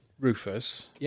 Rufus